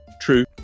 True